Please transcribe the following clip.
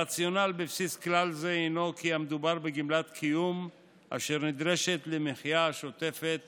הרציונל בבסיס כלל זה הוא כי המדובר בגמלת קיום אשר נדרשת למחיה שוטפת